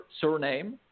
surname